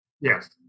Yes